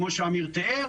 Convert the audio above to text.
כמו שאמיר תיאר.